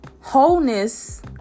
wholeness